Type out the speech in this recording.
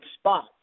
spot